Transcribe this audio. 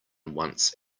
once